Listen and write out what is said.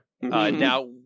Now